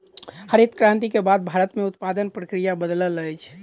हरित क्रांति के बाद भारत में उत्पादन प्रक्रिया बदलल अछि